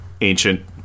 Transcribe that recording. ancient